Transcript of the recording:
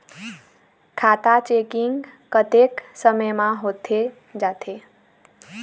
खाता चेकिंग कतेक समय म होथे जाथे?